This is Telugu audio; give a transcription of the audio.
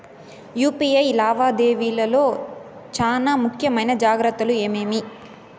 యు.పి.ఐ లావాదేవీల లో చానా ముఖ్యమైన జాగ్రత్తలు ఏమేమి?